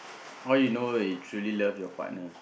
how you know you truly love your partner